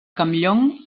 campllong